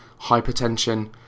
hypertension